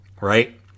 right